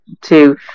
two